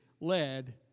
led